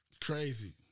Crazy